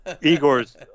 Igor's